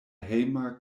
hejma